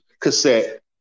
cassette